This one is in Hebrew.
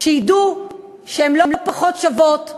שידעו שהן לא פחות שוות מהגברים.